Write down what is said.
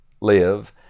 live